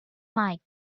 mike